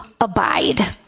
abide